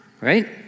right